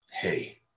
hey